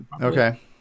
okay